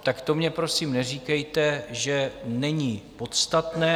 Tak to mně, prosím, neříkejte, že není podstatné.